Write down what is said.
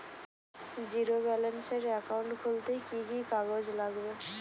Zero ব্যালেন্সের account খুলতে কি কি কাগজ লাগবে?